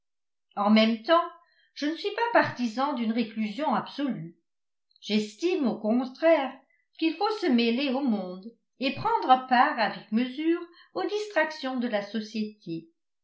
en même temps je ne suis pas partisan d'une réclusion absolue j'estime au contraire qu'il faut se mêler au monde et prendre part avec mesure aux distractions de la société